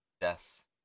death